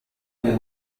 per